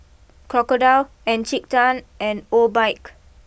Crocodile Encik Tan and Obike